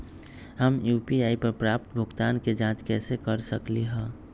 हम यू.पी.आई पर प्राप्त भुगतान के जाँच कैसे कर सकली ह?